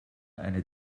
eine